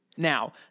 Now